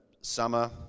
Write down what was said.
summer